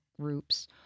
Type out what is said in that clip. groups